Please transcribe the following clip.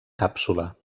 càpsula